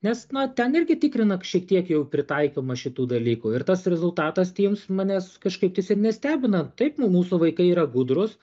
nes na ten irgi tikrina šiek tiek jau pritaikymą šitų dalykų ir tas rezultatas tims manęs kažkaip tais nestebina taip nu mūsų vaikai yra gudrūs